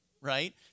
right